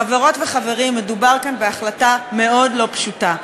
חברות וחברים, מדובר כאן בהחלטה מאוד לא פשוטה.